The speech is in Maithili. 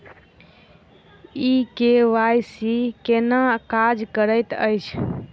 ई के.वाई.सी केना काज करैत अछि?